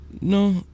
no